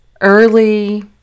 early